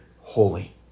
holy